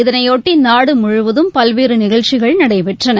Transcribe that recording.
இதனையொட்டி நாடு முழுவதும் பல்வேறு நிகழ்ச்சிகள் நடைபெற்றன